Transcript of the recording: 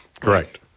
correct